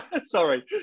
Sorry